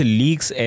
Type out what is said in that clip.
leaks